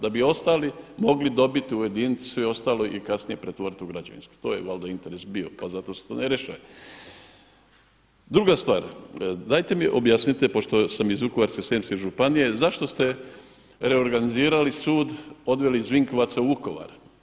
Da bi ostali mogli dobiti u jedinici ostaloj i kasnije pretvoriti u građevinsku, to je valjda interes bio, pa zato se to … Druga stvar, dajte mi objasnite, pošto sam iz Vukovarsko-srijemske županije zašto ste reorganizirali sud, odveli iz Vinkovaca u Vukovar?